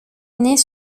naît